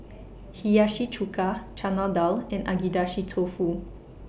Hiyashi Chuka Chana Dal and Agedashi Dofu